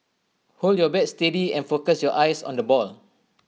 hold your bat steady and focus your eyes on the ball